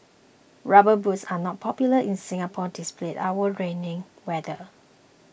rubber boots are not popular in Singapore despite our rainy weather